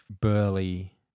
burly